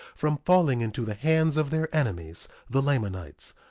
from falling into the hands of their enemies, the lamanites.